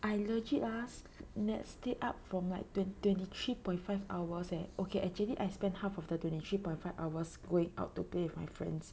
I legit ah Nat stay up from like twenty twenty three point five hours leh okay actually I spend half of the twenty three point five hours going out to play with my friends